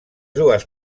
dues